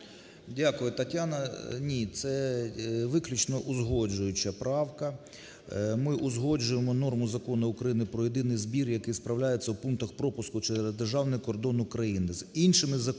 Дякую, Тетяно. Ні, це виключно узгоджуюча правка. Ми узгоджуємо норму Закону України "Про єдиний збір, який справляється у пунктах пропуску через державний кордон України"